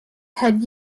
had